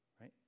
right